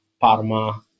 Parma